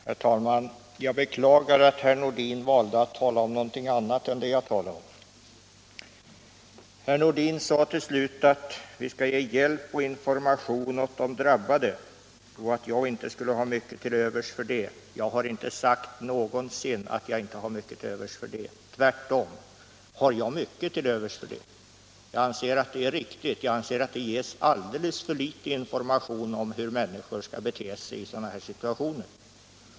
Herr talman! Jag beklagar att herr Nordin valde att tala om någonting annat än det jag talade om. Herr Nordin sade till slut att vi skall ge hjälp och information åt de drabbade men att jag inte skulle ha mycket till övers för det. Jag har inte någonsin sagt detta; tvärtom har jag mycket till övers för det. Jag anser att det är riktigt, jag anser att det ges alldeles för litet information om hur människor skall bete sig i sådana här situationer.